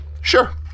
Sure